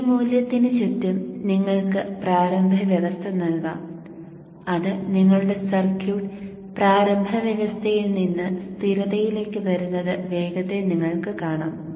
ഈ മൂല്യത്തിന് ചുറ്റും നിങ്ങൾക്ക് പ്രാരംഭ അവസ്ഥ നൽകാം അത് നിങ്ങളുടെ സർക്യൂട്ട് പ്രാരംഭ അവസ്ഥയിൽ നിന്ന് സ്ഥിരതയിലേക്ക് വരുന്നത് വേഗത്തിൽ നിങ്ങൾക്ക് കാണാം